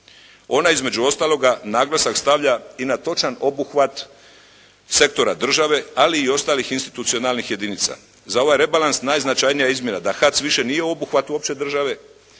Ona između ostaloga naglasak stavlja i na točan obuhvat sektora države, ali i ostalih institucionalnih jedinica. Za ovaj rebalans, najznačajnija izmjena da HAC više nije obuhvat u opće države,